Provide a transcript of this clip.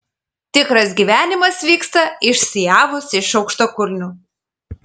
tikras gyvenimas vyksta išsiavus iš aukštakulnių